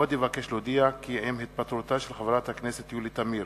עוד אבקש להודיע כי עם התפטרותה מהכנסת של חברת הכנסת יולי תמיר,